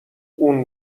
اون